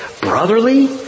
brotherly